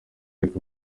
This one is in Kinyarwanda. ariko